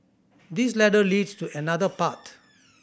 this ladder leads to another path